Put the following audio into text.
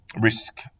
risk